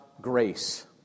grace